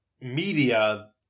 media